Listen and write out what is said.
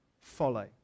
Follow